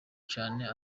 cane